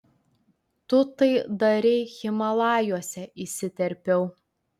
tu tai darei himalajuose įsiterpiau